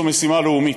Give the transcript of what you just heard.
זו משימה לאומית.